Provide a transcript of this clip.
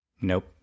Nope